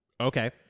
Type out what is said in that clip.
okay